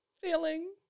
feeling